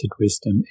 wisdom